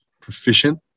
proficient